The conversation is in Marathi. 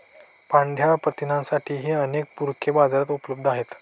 पांढया प्रथिनांसाठीही अनेक पूरके बाजारात उपलब्ध आहेत